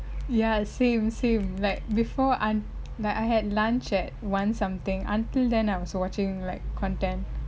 ya same same like before un~ like I had lunch at one something until then I was watching like content